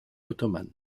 ottomane